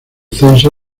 censo